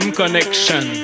connection